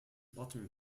bottom